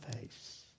face